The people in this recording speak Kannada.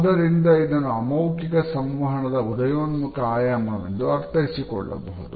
ಆದ್ದರಿಂದ ಇದನ್ನು ಅಮೌಖಿಕ ಸಂವಹನದ ಉದಯೋನ್ಮುಖ ಆಯಾಮವೆಂದು ಅರ್ಥೈಸಿಕೊಳ್ಳಬಹುದು